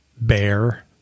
bear